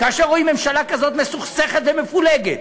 כאשר רואים ממשלה כזאת מסוכסכת ומפולגת,